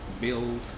build